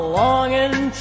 longing